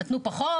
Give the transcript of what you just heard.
נתנו פחות,